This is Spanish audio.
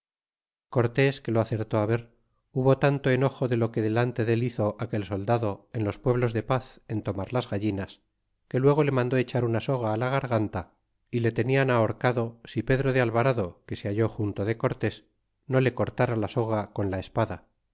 cortés que lo acertó ver hubo tanto enojo de lo que delante del hizo aquel soldado en los pueblos de paz en tomar las gallinas que luego le mandó echar una soga á la garganta y le tenian ahorcado si pedro de alvarado que se halló junto de cortés no le cortara la soga con la espada